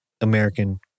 American